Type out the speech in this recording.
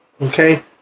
Okay